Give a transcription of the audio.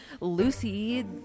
Lucy